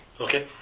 Okay